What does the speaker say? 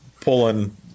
pulling